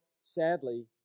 sadly